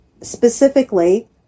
specifically